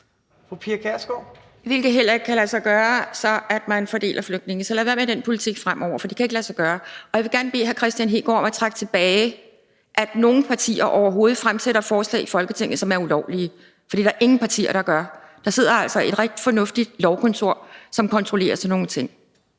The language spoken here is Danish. det heller ikke kan lade sig gøre, at man fordeler flygtninge. Så lad være med den politik fremover, for det kan ikke lade sig gøre. Og jeg vil gerne bede hr. Kristian Hegaard om at trække tilbage, at nogen partier overhovedet fremsætter forslag i Folketinget, som er ulovlige. For det er der ingen partier, der gør. Der sidder altså et rigtig fornuftigt Lovkontor, som kontrollerer sådan nogle ting.